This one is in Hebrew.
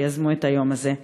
ויזמו את היום הזה.